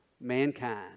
mankind